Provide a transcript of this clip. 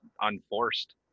unforced